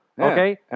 okay